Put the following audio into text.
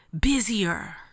busier